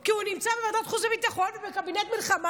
כי הוא נמצא בוועדת החוץ והביטחון ובקבינט המלחמה,